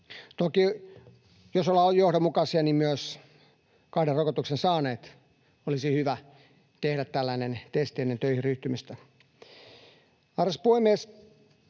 Toki jos ollaan johdonmukaisia, myös kaksi rokotusta saaneiden olisi hyvä tehdä tällainen testi ennen töihin ryhtymistä. Arvoisa puhemies!